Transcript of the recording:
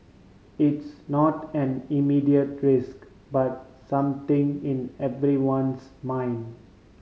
it's not an immediate risk but something in everyone's mind